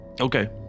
Okay